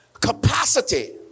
capacity